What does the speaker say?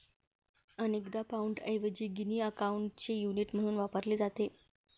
अनेकदा पाउंडऐवजी गिनी अकाउंटचे युनिट म्हणून वापरले जाते